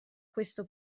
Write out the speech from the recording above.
questo